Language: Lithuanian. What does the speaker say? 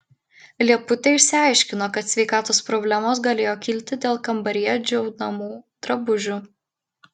lieputė išsiaiškino kad sveikatos problemos galėjo kilti dėl kambaryje džiaunamų drabužių